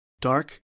Dark